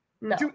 No